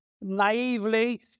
Naively